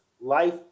life